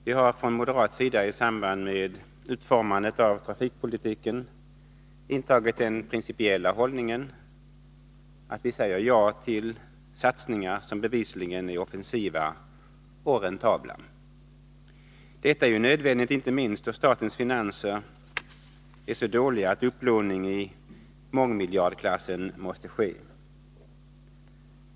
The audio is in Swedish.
Vi har från moderat sida i samband med utformandet av trafikpolitiken intagit den principiella hållningen att vi säger ja till satsningar som bevisligen är offensiva och räntabla. Detta är ju inte minst nödvändigt då statens finanser är så dåliga att upplåning i mångmiljardklassen måste ske.